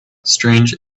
strange